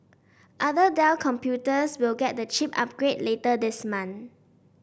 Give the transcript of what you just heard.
other Dell computers will get the chip upgrade later this month